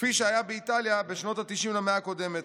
כפי שהיה באיטליה בשנות התשעים במאה הקודמת.